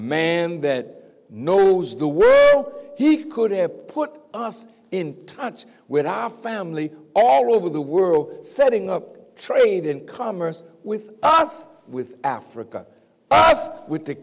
man that knows the world he could have put us in touch with our family all over the world setting up trade and commerce with us with africa bust with the